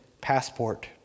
passport